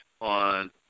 on